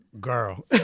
Girl